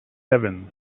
seven